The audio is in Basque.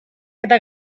eta